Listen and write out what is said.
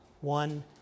One